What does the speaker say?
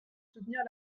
soutenir